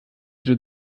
der